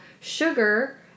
sugar